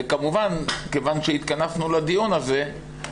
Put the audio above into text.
וכמובן כיוון שהתכנסנו לדיון הזה,